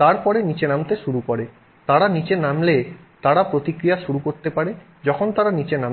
তারপরে নীচে নামতে শুরু করে তারা নীচে নামলে তারা প্রতিক্রিয়া শুরু করতে পারে যখন তারা নিচে নামে